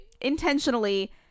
intentionally